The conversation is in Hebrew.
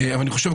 אבל אני חושב,